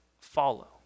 follow